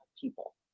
people